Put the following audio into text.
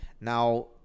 now